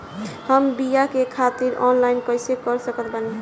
हम बीया के ख़रीदारी ऑनलाइन कैसे कर सकत बानी?